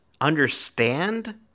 understand